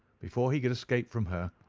before he could escape from her,